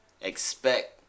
expect